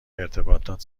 ارتباطات